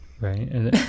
Right